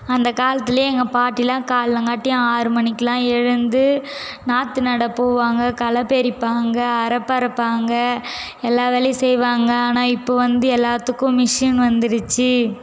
அந்த காலத்துலேயே எங்கள் பாட்டிலாம் காலைலங்காட்டியும் ஆறு மணிக்கெல்லாம் எழுந்து நாற்று நட போவாங்க களை பறிப்பாங்க அரப்பு அரைப்பாங்க எல்லா வேலையும் செய்வாங்க ஆனால் இப்போது வந்து எல்லாத்துக்கும் மிஷின் வந்திடுச்சி